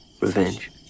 revenge